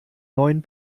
neuen